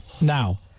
Now